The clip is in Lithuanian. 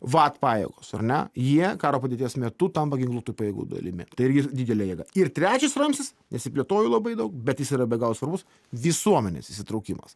vat pajėgos ar ne jie karo padėties metu tampa ginkluotųjų pajėgų dalimi tai irgi didelė jėga ir trečias ramsis nesiplėtoju labai daug bet jis yra be galo svarbus visuomenės įsitraukimas